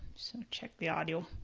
so to check the audio.